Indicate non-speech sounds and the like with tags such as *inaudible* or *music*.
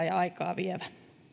*unintelligible* ja aikaavievä